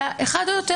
אלא אחד או יותר.